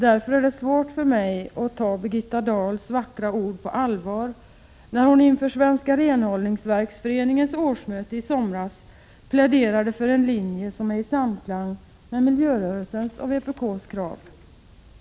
Därför är det svårt att ta Birgitta Dahls vackra ord på allvar när hon inför Svenska renhållningsverksföreningens årsmöte i somras pläderade för en linje som är i samklang med miljörörelsens och vpk:s krav.